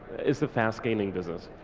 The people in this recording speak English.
is a fast gaining business.